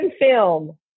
film